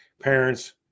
parents